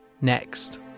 next